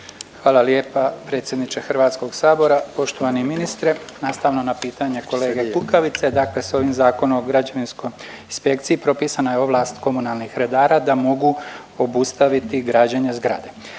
Hvala lijepa predsjedniče Hrvatskog sabora. Poštovani ministre nastavno na pitanje kolege Kukavice, dakle s ovim Zakonom o građevinskoj inspekciji propisana je ovlast komunalnih redara da mogu obustaviti građenje zgrada.